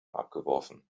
abgeworfen